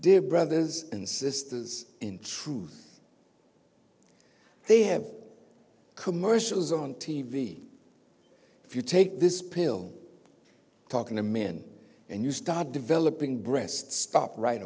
did brothers and sisters in truth they have commercials on t v if you take this pill talking to men and you start developing breasts stop right